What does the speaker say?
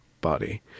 body